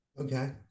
Okay